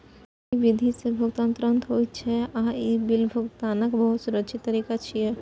एहि विधि सं भुगतान तुरंत होइ छै आ ई बिल भुगतानक बहुत सुरक्षित तरीका छियै